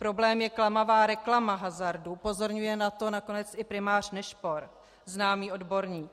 Problém je klamavá reklama hazardu, upozorňuje na to nakonec i primář Nešpor, známý odborník.